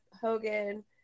Hogan